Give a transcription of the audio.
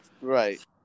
Right